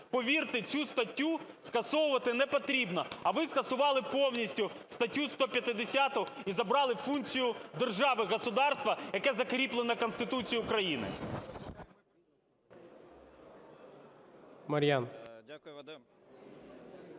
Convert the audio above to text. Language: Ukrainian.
Повірте, це статтю скасовувати не потрібно, а ви скасували повністю статтю 150 і забрали функцію держави, государства, яке закріплено Конституцією України.